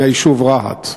מהיישוב רהט.